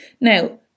Now